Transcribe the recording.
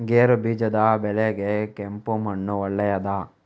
ಗೇರುಬೀಜದ ಬೆಳೆಗೆ ಕೆಂಪು ಮಣ್ಣು ಒಳ್ಳೆಯದಾ?